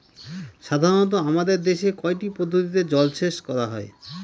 সাধারনত আমাদের দেশে কয়টি পদ্ধতিতে জলসেচ করা হয়?